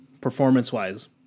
performance-wise